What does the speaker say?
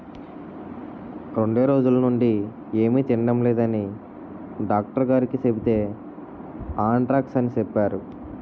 రెండ్రోజులనుండీ ఏమి తినడం లేదని డాక్టరుగారికి సెబితే ఆంత్రాక్స్ అని సెప్పేరు